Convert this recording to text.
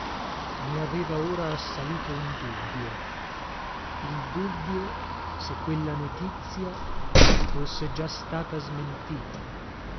i aveva ora assalito un dubbio il dubbio se quella notizia fosse già stata smentita